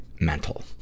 mental